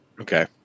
Okay